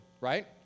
right